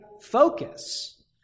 focus